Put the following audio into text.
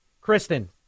Kristen